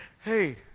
hey